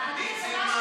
עידית סילמן,